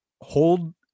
hold